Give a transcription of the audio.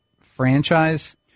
franchise